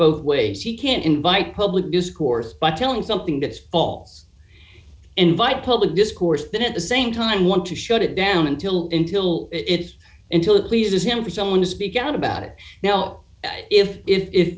both ways he can't invite public discourse by telling something that's false invite public discourse but at the same time want to shut it down until until it's until it pleases him for someone to speak out about it now if if i